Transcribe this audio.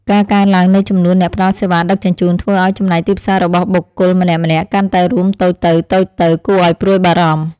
ការកើនឡើងនៃចំនួនអ្នកផ្តល់សេវាដឹកជញ្ជូនធ្វើឱ្យចំណែកទីផ្សាររបស់បុគ្គលម្នាក់ៗកាន់តែរួមតូចទៅៗគួរឱ្យព្រួយបារម្ភ។